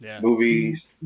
movies